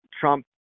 Trump